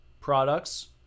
products